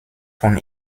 von